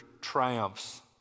triumphs